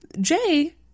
Jay